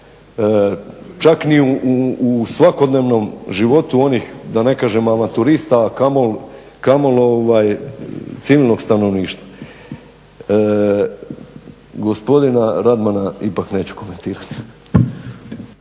čak ni u svakodnevnom životu onih da ne kažem avanturista a kamoli civilnog stanovništva. Gospodina Radmana ipak neću komentirati.